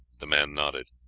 the man nodded.